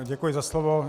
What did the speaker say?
Děkuji za slovo.